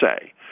say